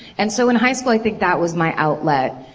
and so in high school i think that was my outlet.